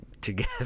together